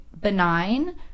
benign